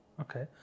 Okay